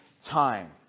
time